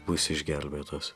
bus išgelbėtos